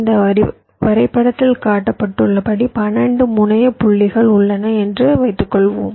இந்த வரைபடத்தில் காட்டப்பட்டுள்ளபடி 12 முனைய புள்ளிகள் உள்ளன என்று வைத்துக் கொள்ளுங்கள்